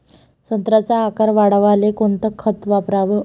संत्र्याचा आकार वाढवाले कोणतं खत वापराव?